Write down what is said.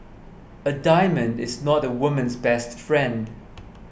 a diamond is not a woman's best friend